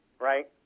right